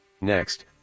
Next